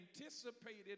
anticipated